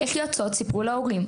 איך יועצות סיפרו להורים,